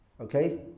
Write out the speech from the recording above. okay